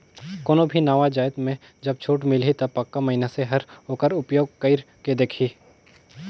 कोनो भी नावा जाएत में जब छूट मिलही ता पक्का मइनसे हर ओकर उपयोग कइर के देखही